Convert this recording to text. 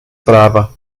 prava